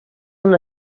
una